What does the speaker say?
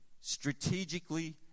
strategically